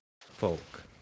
folk